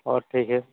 और ठीक है